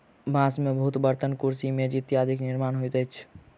बांस से बहुत बर्तन, कुर्सी, मेज इत्यादिक निर्माण होइत अछि